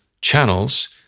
channels